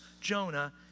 Jonah